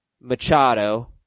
Machado